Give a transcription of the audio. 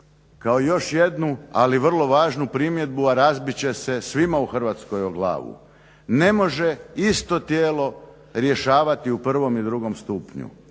kao još jednu ali vrlo važnu primjedbu, a razbit će se svima u Hrvatskoj o glavu. Ne može isto tijelo rješavati u prvom i drugom stupnju.